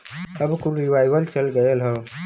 अब कुल रीवाइव चल गयल हौ